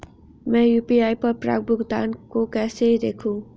मैं यू.पी.आई पर प्राप्त भुगतान को कैसे देखूं?